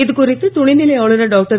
இதுகுறித்து துணைநிலை ஆளுனர் டாக்டர்